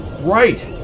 Right